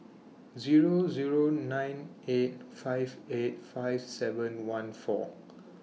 Zero Zero nine eight five eight five seven one four